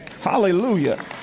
Hallelujah